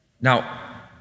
Now